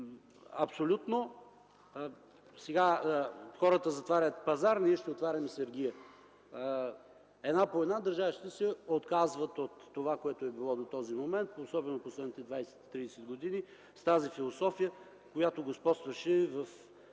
провалиха. Сега хората затварят пазар, а ние ще отваряме сергия. Една по една държавите се отказват от онова, което е било до този момент особено последните 20-30 години, с тази философия, която господстваше в